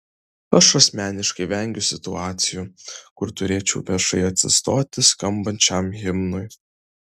aš asmeniškai vengiu situacijų kur turėčiau viešai atsistoti skambant šiam himnui